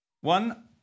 One